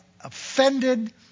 offended